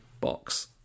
box